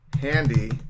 handy